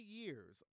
years